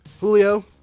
Julio